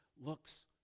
looks